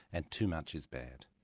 and too much is bad.